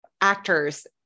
actors